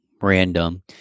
random